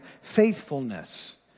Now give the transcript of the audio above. Faithfulness